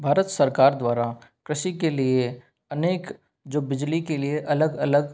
भारत सरकार द्वारा कृषि के लिए अनेक जो बिजली के लिए अलग अलग